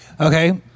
Okay